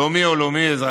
לאומי או לאומי-אזרחי,